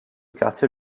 quartier